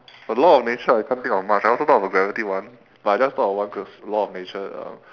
a law of nature I can't think of much I also thought of gravity [one] but I just thought of one that's law of nature um